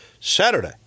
Saturday